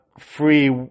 free